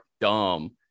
dumb